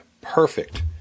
perfect